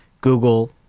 Google